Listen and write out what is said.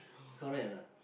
correct or not